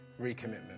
recommitment